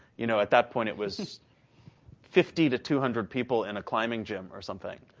you know? at that point it was fifty to two hundred people in a climbing gym or something.